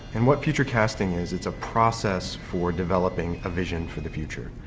and what future-casting is, it's a process for developing a vision for the future,